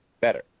better